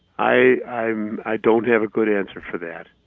i. i. um i don't have a good answer for that.